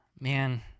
man